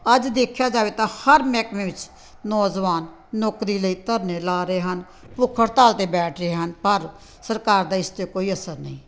ਅੱਜ ਦੇਖਿਆ ਜਾਵੇ ਤਾਂ ਹਰ ਮਹਿਕਮੇ ਵਿੱਚ ਨੌਜਵਾਨ ਨੌਕਰੀ ਲਈ ਧਰਨੇ ਲਾ ਰਹੇ ਹਨ ਭੁੱਖ ਹੜਤਾਲ 'ਤੇ ਬੈਠ ਰਹੇ ਹਨ ਪਰ ਸਰਕਾਰ ਦਾ ਇਸ 'ਤੇ ਕੋਈ ਅਸਰ ਨਹੀਂ